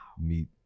meet